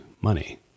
money